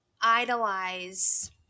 idolize